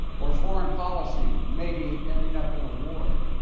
or foreign policy maybe ending up in a war,